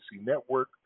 Network